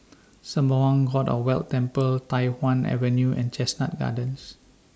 Sembawang God of Wealth Temple Tai Hwan Avenue and Chestnut Gardens